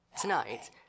tonight